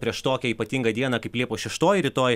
prieš tokią ypatingą dieną kaip liepos šeštoji rytoj